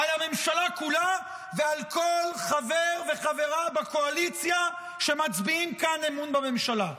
על הממשלה כולה ועל כל חבר וחברה בקואליציה שמצביעים כאן אמון בממשלה.